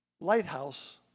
lighthouse